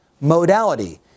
Modality